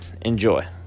Enjoy